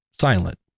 silent